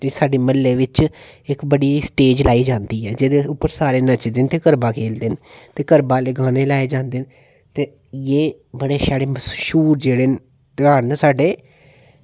एह् साड्ढे म्हल्ले बिच्च इक बड्डी स्टेज लाई जांदी ऐ ते जेह्दे उप्पर सारे नचदे न ते गरबा खेलदे न गरबा आह्ले गाने लाए जंदे न ते एह् बड़े साढ़े मश्हूर जेह्ड़े न ध्यार न साढ़े